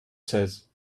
says